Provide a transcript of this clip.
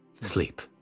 sleep